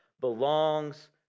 belongs